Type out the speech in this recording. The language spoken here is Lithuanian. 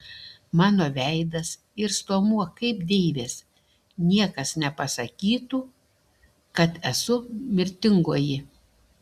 mano veidas ir stuomuo kaip deivės niekas nepasakytų kad esu mirtingoji